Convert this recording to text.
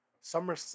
Summer